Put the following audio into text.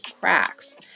cracks